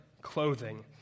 clothing